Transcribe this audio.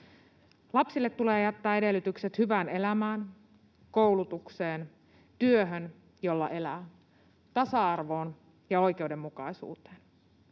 Lapsille tulee jättää edellytykset hyvään elämään, koulutukseen, työhön, jolla elää, tasa-arvoon ja oikeudenmukaisuuteen,